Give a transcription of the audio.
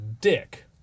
dick